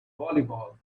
volleyball